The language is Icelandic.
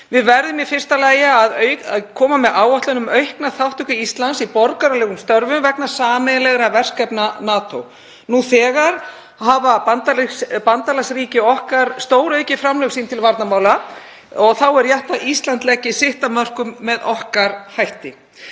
Við verðum í fyrsta lagi að koma með áætlun um aukna þátttöku Íslands í borgaralegum störfum vegna sameiginlegra verkefna NATO. Nú þegar hafa bandalagsríki okkar stóraukið framlög sín til varnarmála og þá er rétt að Ísland leggi sitt af mörkum með okkar hætti.